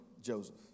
Joseph